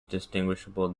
distinguishable